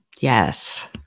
Yes